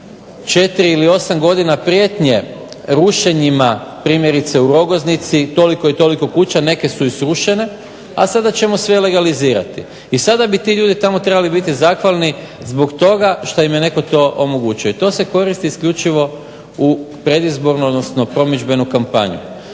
4 ili 8 godina prijetnje rušenjima, primjerice u Rogoznici toliko i toliko kuća. Neke su i srušene, a sada ćemo sve legalizirati. I sada bi ti ljudi tamo trebali biti zahvalni zbog toga što im je netko to omogućio. I to se koristi isključivo u predizborno, odnosno predizbornu kampanju.